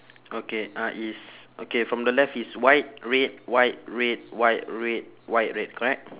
okay uh it's okay from the left it's white red white red white red white red correct